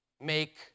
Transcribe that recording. make